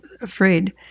Afraid